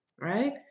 right